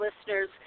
listeners